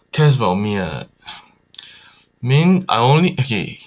cares about me ah mean I only okay